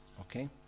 Okay